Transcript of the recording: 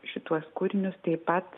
šituos kūrinius taip pat